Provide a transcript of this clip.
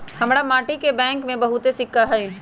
हमरा माटि के बैंक में बहुते सिक्का हई